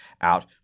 out